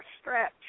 stretch